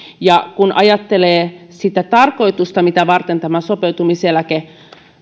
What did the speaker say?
kun ajattelee sitä tarkoitusta mitä varten tämä sopeutumiseläke